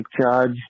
charge